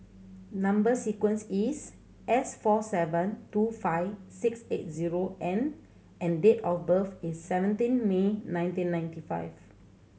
number sequence is S four seven two five six eight zero N and date of birth is seventeen May nineteen ninety five